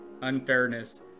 unfairness